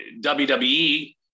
WWE